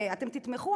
אתם תתמכו?